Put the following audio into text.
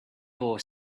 boy